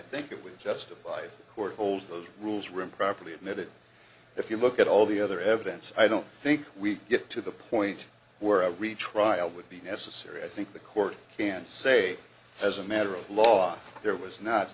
think it was justified court holds those rules room properly admitted if you look at all the other evidence i don't think we get to the point where a retrial would be necessary i think the court can say as a matter of law there was not